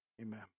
Amen